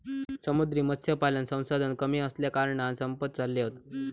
समुद्री मत्स्यपालन संसाधन कमी असल्याकारणान संपत चालले हत